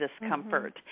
discomfort